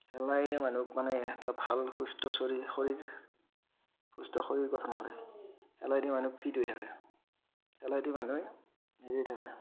খেলায়েই মানুহক মানে এটা ভাল সুস্থ চৰীৰ শৰীৰ সুস্থ শৰীৰ গঠন কৰে খেলায়েদি মানুহৰ ফিট হৈ থাকে খেলায়েদি মানুহ হেৰি থাকে